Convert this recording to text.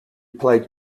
played